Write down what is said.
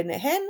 ביניהן